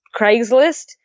Craigslist